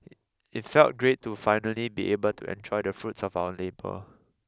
it felt great to finally be able to enjoy the fruits of our labour